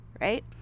right